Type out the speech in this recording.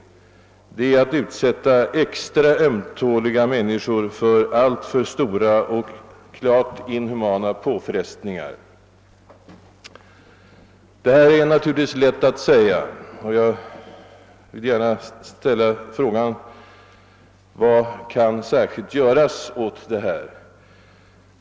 Det innebär att man utsätter extra ömtåliga människor för alltför stora och klart inhumana påfrestningar. Allt detta är naturligtvis lätt att säga, och jag vill gärna ställa frågan vad som kan göras åt de nämnda förhållandena.